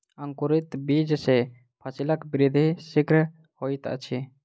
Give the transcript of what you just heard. अंकुरित बीज सॅ फसीलक वृद्धि शीघ्र होइत अछि